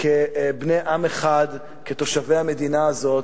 כבני עם אחד, כתושבי המדינה הזאת,